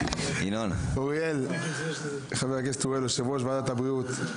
אדוני יושב-ראש ועדת הבריאות אוריאל,